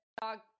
dog